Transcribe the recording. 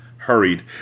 Hurried